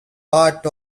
part